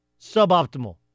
Suboptimal